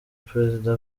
perezida